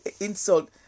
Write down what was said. insult